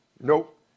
Nope